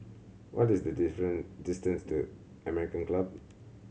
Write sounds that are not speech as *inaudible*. what is the *unintelligible* distance to American Club